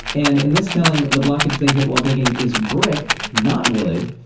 and in this telling, the blockage they hit while digging is brick, and not wood.